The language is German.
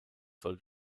soll